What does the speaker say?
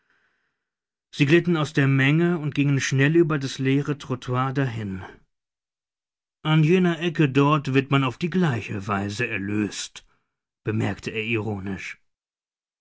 sie glitten aus der menge und gingen schnell über das leere trottoir dahin an jener ecke dort wird man auf die gleiche weise erlöst bemerkte er ironisch